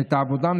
את העבודה.